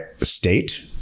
state